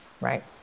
right